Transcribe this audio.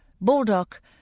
Baldock